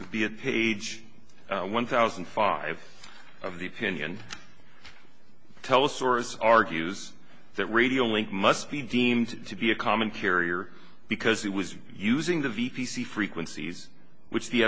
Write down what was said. to be at page one thousand five of the opinion telus source argues that radio link must be deemed to be a common carrier because he was using the v p c frequencies which the